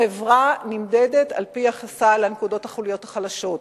חברה נמדדת על-פי יחסה אל החוליות החלשות.